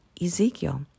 Ezekiel